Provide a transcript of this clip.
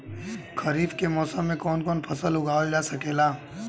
खरीफ के मौसम मे कवन कवन फसल उगावल जा सकेला?